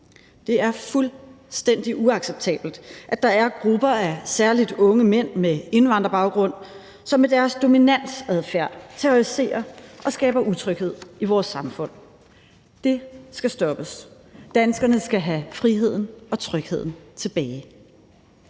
Det er fuldstændig uacceptabelt, at der er grupper af især unge mænd med indvandrerbaggrund, som i deres dominansadfærd terroriserer og skaber utryghed i vores samfund. Det skal stoppes. Danskerne skal have friheden og trygheden tilbage.